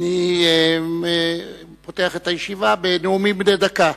אני פותח את הישיבה בנאומים בני דקה,